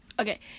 okay